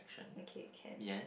okay can